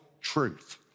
truth